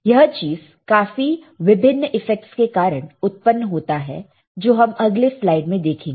यह चीज काफी विभिन्न इफेक्टस के कारण उत्पन्न होता है जो हम अगले स्लाइड में देखेंगे